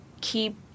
keep